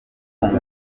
kumva